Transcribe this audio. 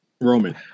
Roman